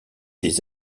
des